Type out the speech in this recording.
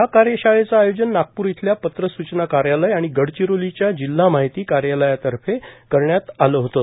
या कार्यशाळेचे आयोजन नागपूर इथल्या पत्रस्चना कार्यालय आणि गडचिरोलीच्या जिल्हा माहिती कार्यालयातर्फे करण्यात आलं होतं